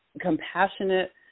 compassionate